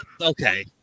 Okay